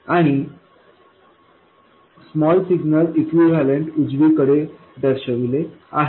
आणि small signal equivalent उजवीकडे दर्शविले आहे